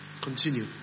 Continue